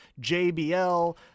JBL